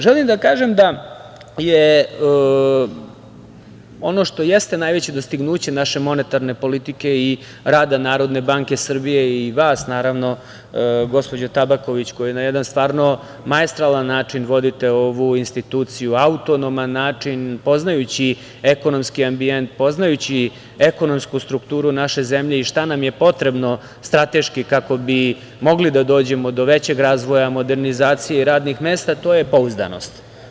Želim da kažem da ono što jeste najveće dostignuće naše monetarne politike i rada Narodne banke Srbije i vas, naravno, gospođo Tabaković, koja na jedan stvarno maestralan način vodite ovu instituciju, autonoman način, poznajući ekonomski ambijent, poznajući ekonomsku strukturu naše zemlje i šta nam je potrebno strateški kako bi mogli da dođemo do većeg razvoja, modernizacije i radnih mesta, to je pouzdanost.